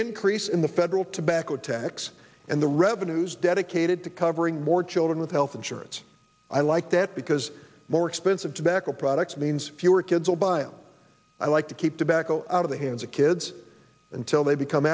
increase in the federal tobacco tax and the revenues dedicated to covering more children with health insurance i like that because more expensive tobacco products means fewer kids will buy and i like to keep tobacco out of the hands of kids until they become